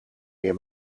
meer